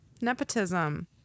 Nepotism